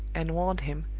and warned him,